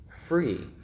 free